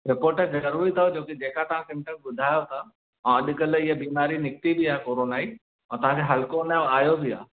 report ज़रूरी अथव छोकि जेका तव्हां सिमटम्स ॿुधायो था ऐं अॼु कल्ह हीअ बीमारी निकिती बि आहे कोरोना ई ऐं तव्हांखे हल्को उनजो आयो बि आहे